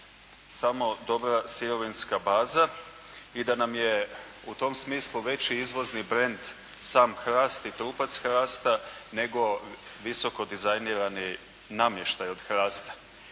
samo dobra sirovinska baza i da nam je u tom smislu veći izvozni brend sam hrast i trupac hrasta nego visoko dizajnirani namještaj od hrasta.